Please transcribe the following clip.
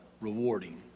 rewarding